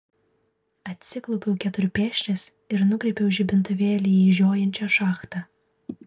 atsiklaupiau keturpėsčias ir nukreipiau žibintuvėlį į žiojinčią šachtą